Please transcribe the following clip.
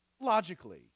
logically